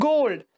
Gold